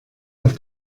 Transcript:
auf